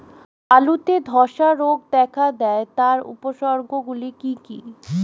আলুতে ধ্বসা রোগ দেখা দেয় তার উপসর্গগুলি কি কি?